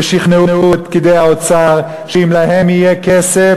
ושכנעו את פקידי האוצר שאם להם יהיה כסף,